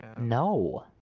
No